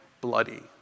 bloody